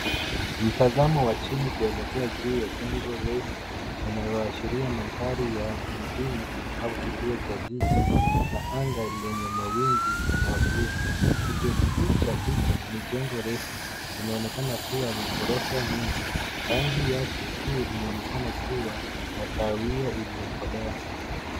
Mtazamo wa chini kuelekea juu ya jengo refu linaloashiria mandhari ya mijini au kituo cha jiji la anga lenye mawingu ya bluu. Kituo kikuu cha picha ni jengo refu, linaonekana kuwa la gorofa nyingi; rangi yake kuu inaonekana kuwa ya kahawia iliyokolea.